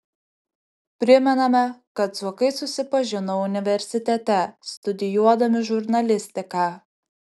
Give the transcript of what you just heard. primename kad zuokai susipažino universitete studijuodami žurnalistiką